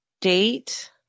date